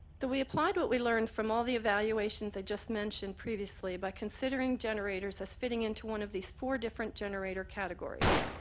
we applied what we learned from all the evaluations i just mentioned previously by considering generators as fitting into one of these four different generator categories.